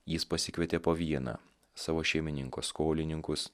jis pasikvietė po vieną savo šeimininko skolininkus